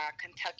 Kentucky